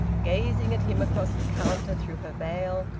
gazing at him across the counter through her veil,